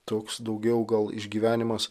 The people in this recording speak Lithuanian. toks daugiau gal išgyvenimas